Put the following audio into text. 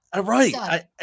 Right